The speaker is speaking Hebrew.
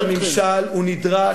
שינוי שיטת הממשל, נדרש,